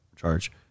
Charge